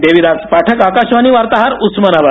देविदास पाठक आकाशवाणी वार्ताहर उस्मानाबाद